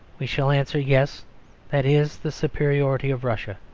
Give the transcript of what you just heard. we shall answer yes that is the superiority of russia.